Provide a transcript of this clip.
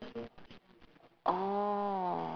orh